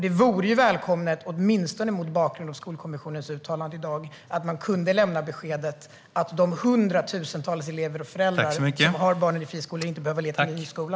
Det vore välkommet, åtminstone mot bakgrund av Skolkommissionens uttalande i dag, att man kunde lämna beskedet om att de hundratusentals föräldrar som har barn i friskolor inte behöver leta ny skola.